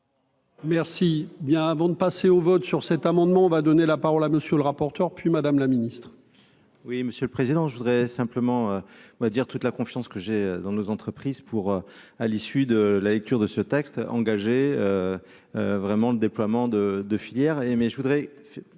Merci bien, avant de passer au vote sur cet amendement va donner la parole à monsieur le rapporteur, puis Madame la Ministre. Oui, monsieur le Président, je voudrais simplement on va dire toute la confiance que j'ai, dans nos entreprises pour, à l'issue de la lecture de ce texte engagé vraiment le déploiement de de filière